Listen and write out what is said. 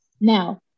now